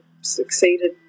succeeded